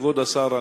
כבוד השר,